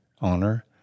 honor